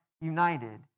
united